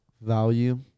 value